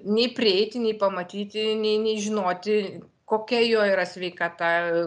nei prieiti nei pamatyti nei nei žinoti kokia jo yra sveikata